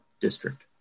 district